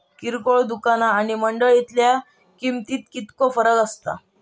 किरकोळ दुकाना आणि मंडळीतल्या किमतीत कितको फरक असता?